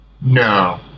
No